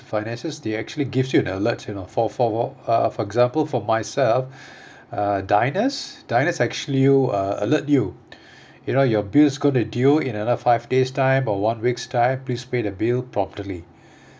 finances they actually gives you an alert you know for for uh for example for myself uh diners diners actually you uh alert you you know your bills going to due in another five days' time or one week's time please pay the bill properly